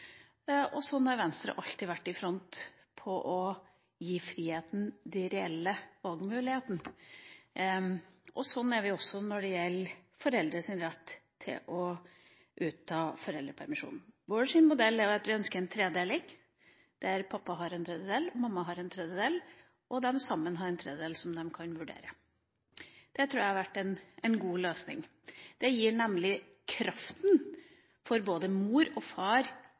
i front når det gjelder å gi frihet til reelle valgmuligheter. Sånn er vi også når det gjelder foreldres rett til å ta ut foreldrepermisjonen. Vår modell er at vi ønsker en tredeling der pappa har en tredjedel, mamma har en tredjedel, og sammen har de en tredjedel som de kan vurdere. Det tror jeg hadde vært en god løsning. Det gir nemlig kraften for både mor og far